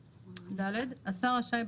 (ד) השר רשאי,